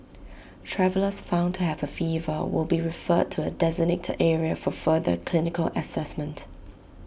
travellers found to have A fever will be referred to A designated area for further clinical Assessment